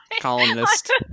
columnist